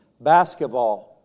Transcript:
basketball